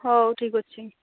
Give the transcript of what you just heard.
ହଉ ଠିକ୍ ଅଛି